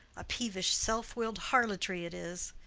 a peevish self-will'd harlotry it is.